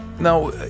Now